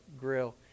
grill